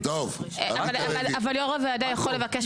אבל יו"ר הוועדה יכול לבקש עמדה?